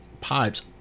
pipes